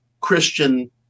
Christian